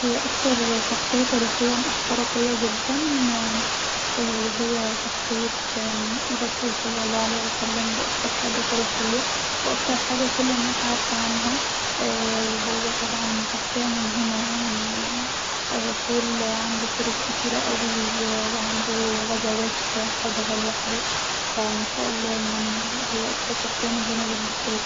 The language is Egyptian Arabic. اكتر شخصيه تاريخه مأثره فيا جدا ااااا وهي شخصيه الرسول صلي الله عليه وسلم دي اكتر حاجه تاريخيه واكتر حاجه كل الناس عارفه عنها اااا وهو طبعا شخصيه ملهمه يعني الرسول عنده حروب كتيره اوي لا وعنده غزوات قادها لوحده ف ما شاء الله يعني هي اكتر شخصيه ملهمه بالنسبالي